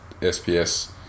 SPS